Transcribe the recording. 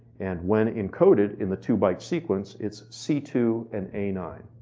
and when encoded in the two byte sequence it's c two and a nine.